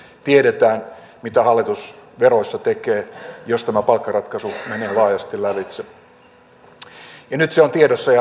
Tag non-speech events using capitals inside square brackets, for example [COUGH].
tiedetään mitä hallitus veroissa tekee jos tämä palkkaratkaisu menee laajasti lävitse nyt se on tiedossa [UNINTELLIGIBLE]